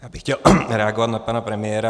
Já bych chtěl reagovat na pana premiéra.